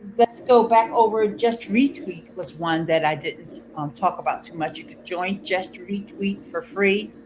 let's go back over, justretweet was one that i didn't um talk about too much. you can join justretweet for free.